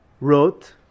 wrote